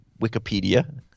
Wikipedia